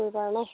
পুখুৰী পাৰ নহ্